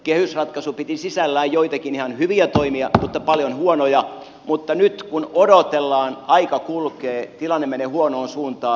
kehysratkaisu piti sisällään joitakin ihan hyviä toimia mutta paljon huonoja mutta nyt kun odotellaan aika kulkee tilanne menee huonoon suuntaan